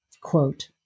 Quote